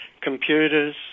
computers